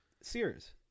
Sears